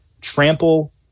trample